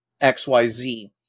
XYZ